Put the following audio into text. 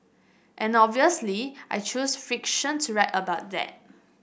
and obviously I choose fiction to write about that